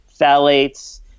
phthalates